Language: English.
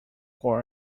cord